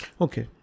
Okay